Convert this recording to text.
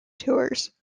tours